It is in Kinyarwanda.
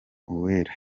uwera